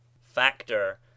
factor